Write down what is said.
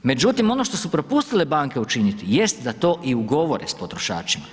Međutim ono što su propustile banke učiniti jest da to i ugovore sa potrošačima.